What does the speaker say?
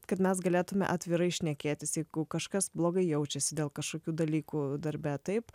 kad mes galėtume atvirai šnekėtis jeigu kažkas blogai jaučiasi dėl kažkokių dalykų darbe taip